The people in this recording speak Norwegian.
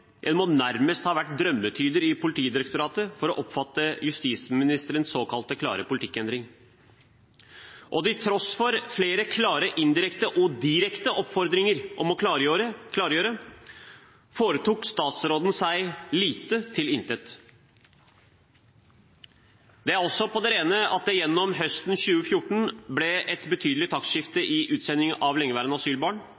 En må nærmest ha vært drømmetyder i Politidirektoratet for å oppfatte justisministerens såkalt klare politikkendring. Og til tross for flere klare indirekte og direkte oppfordringer om å klargjøre, foretok statsråden seg lite til intet. Det er også på det rene at det gjennom høsten 2014 ble et betydelig taktskifte i utsending av lengeværende asylbarn,